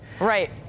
Right